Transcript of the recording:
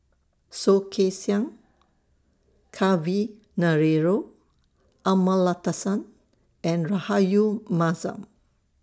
Soh Kay Siang Kavignareru Amallathasan and Rahayu Mahzam